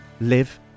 live